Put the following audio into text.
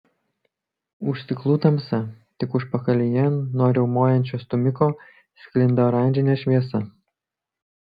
už stiklų tamsa tik užpakalyje nuo riaumojančio stūmiko sklinda oranžinė šviesa